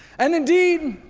and indeed,